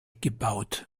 gebaut